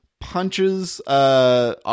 punches